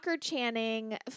Channing